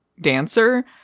dancer